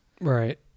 Right